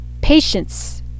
patience